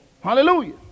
Hallelujah